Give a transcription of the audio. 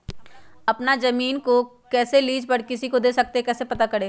अपना जमीन को कैसे लीज पर किसी को दे सकते है कैसे पता करें?